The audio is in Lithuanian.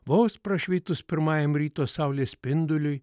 vos prašvitus pirmajam ryto saulės spinduliui